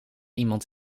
iemand